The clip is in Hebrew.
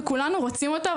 וכולנו רוצים אותו,